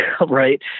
Right